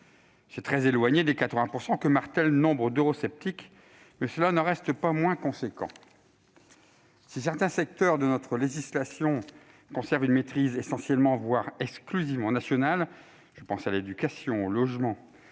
C'est très éloigné des 80 % que martèlent nombre d'eurosceptiques, mais cela n'en reste pas moins substantiel ! Certains secteurs de notre législation conservent une maîtrise essentiellement, voire exclusivement nationale ; je pense à l'éducation, au logement,